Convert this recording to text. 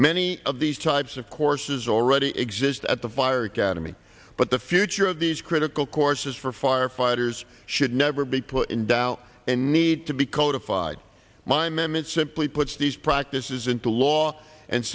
many of these types of courses already exist at the fire academy but the future of these critical courses for firefighters should never be put in doubt and need to be codify my meme it simply puts these practices into law and